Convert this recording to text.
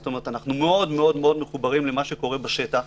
זאת אומרת, אנחנו מאוד מחוברים למה שקורה בשטח.